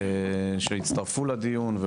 שהצטרפו לדיון,